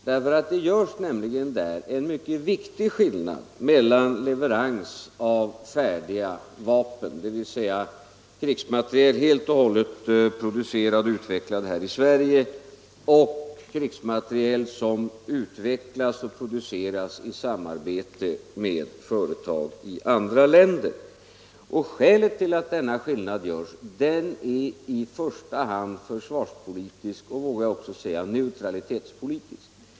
Det görs nämligen där en mycket viktig skillnad mellan leverans av färdiga vapen — dvs. krigsmateriel helt och hållet producerad och utvecklad här i Sverige — och krigsmateriel som utvecklas och produceras i samarbete med företag i andra länder. Skälet till att denna skillnad görs är i första hand försvarspolitiskt och, vågar jag också säga, neutralitetspolitiskt.